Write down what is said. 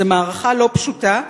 זו מערכה לא פשוטה,